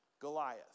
Goliath